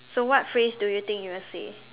so what phrase do you think you will say